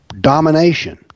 domination